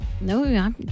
No